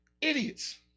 idiots